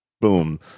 boom